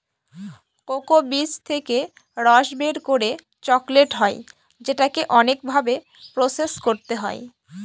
cocoa বীজ থেকে রস বের করে চকলেট হয় যেটাকে অনেক ভাবে প্রসেস করতে হয়